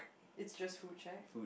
it's just full check